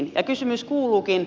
ja kysymys kuuluukin